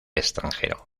extranjero